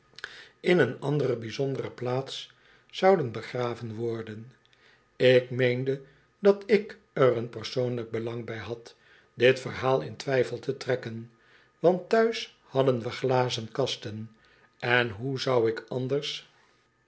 in een andere bijzondere plaats zouden begraven worden ik meende dat ik er een persoonlijk belang bij had dit verhaal in twijfel te trekken want thuis hadden we glazenkasten en hoe zou ik anders